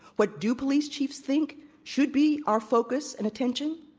what do police chiefs think should be our focus and attention?